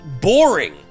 boring